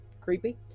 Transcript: creepy